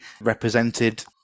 represented